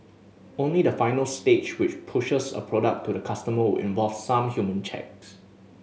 only the final stage which pushes a product to the customer will involve some human checks